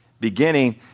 beginning